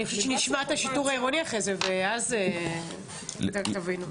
אני חושבת שנשמע את השיטור העירוני אחרי זה ואז תבינו.